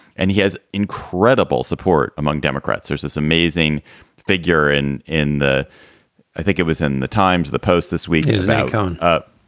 and he has incredible support among democrats. there's this amazing figure. and in the i think it was in the times, the post this week is now gone. ah